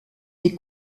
des